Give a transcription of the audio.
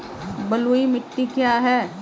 बलुई मिट्टी क्या है?